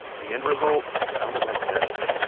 the end result sounded like this